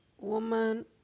woman